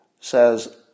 says